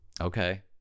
Okay